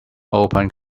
open